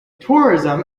tourism